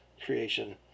creation